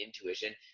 intuition